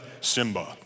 Simba